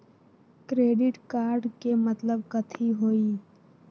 Credit card के मतलब कथी होई?